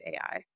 AI